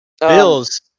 Bills